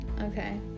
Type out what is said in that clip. Okay